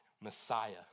Messiah